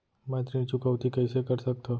मैं ऋण चुकौती कइसे कर सकथव?